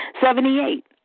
Seventy-eight